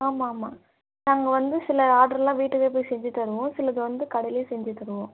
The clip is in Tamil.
ஆமாம் ஆமாம் நாங்கள் வந்து சில ஆடருலாம் வீட்டுக்கே போய் செஞ்சுத் தருவோம் சிலது வந்து கடையிலேயே செஞ்சு தருவோம்